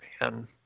Man